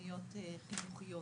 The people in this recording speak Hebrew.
תכניות חינוכיות,